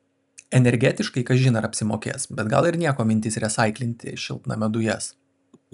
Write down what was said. energetiškai kažin ar labai apsimokės bet gal ir nieko mintis resaiklinti šiltnamio dujas